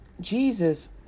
Jesus